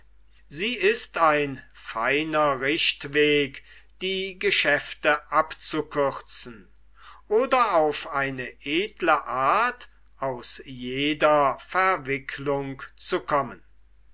sie ist ein feiner richtweg die geschäfte abzukürzen oder auf eine edle art aus jeder verwicklung zu kommen